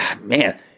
man